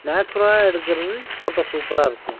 நேச்சுரலா எடுக்கிறது ஃபோட்டோ சூப்பராக இருக்கும்